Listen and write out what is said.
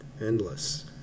Endless